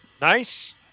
Nice